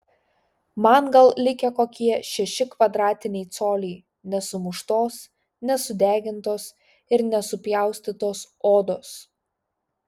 man gal likę kokie šeši kvadratiniai coliai nesumuštos nesudegintos ir nesupjaustytos odos